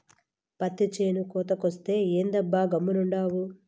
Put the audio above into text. పత్తి చేను కోతకొచ్చే, ఏందబ్బా గమ్మునుండావు